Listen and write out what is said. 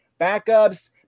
Backups